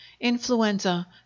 influenza